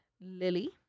Lily